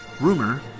Rumor